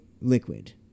liquid